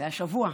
זה השבוע.